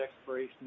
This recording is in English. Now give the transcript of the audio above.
exploration